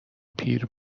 پیر